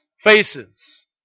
faces